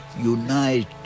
unite